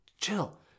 Chill